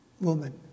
woman